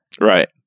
right